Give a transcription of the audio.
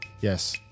Yes